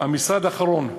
המשרד האחרון,